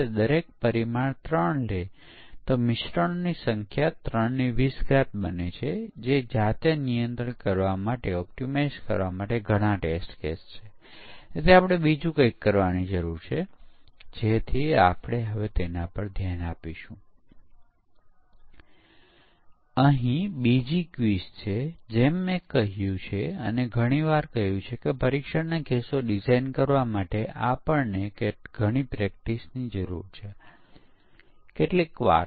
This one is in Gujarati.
જેમ તમે આ રેખાકૃતિમાં જોવો છો તેમ લગભગ 1990 ના દાયકા સુધી પરીક્ષણ કેસની રચના અને એક્ઝેક્યુશન મેન્યુઅલ હતું જેમાં અવ્યવસ્થિત ઇનપુટ્સ આપવામાં આવતાઅને સંભવત કવરેજ શું પ્રાપ્ત થયું છે તે જોવાતું અને પછી પરીક્ષક વિવેકનો ઉપયોગ કરી તપાસતા કે તે પાસ થયું અથવા નિષ્ફળ